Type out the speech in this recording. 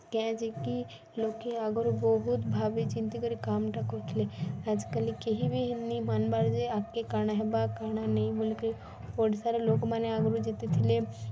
କେଁଯେକି ଲୋକେ ଆଗରୁ ବହୁତ ଭାବି ଚିନ୍ତିକରି କାମ୍ଟା କରିଥିଲେ ଆଏଜ୍କାଲି କେହି ବି ନି ମାନ୍ବାର୍ ଯେ ଆଗ୍କେ କାଣା ହେବା କାଣା ନେଇ ବୋଲିକରି ଓଡ଼ିଶାର ଲୋକ୍ମାନେ ଆଗ୍ରୁ ଯେତେଥିଲେ